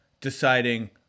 deciding